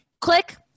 click